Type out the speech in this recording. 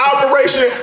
Operation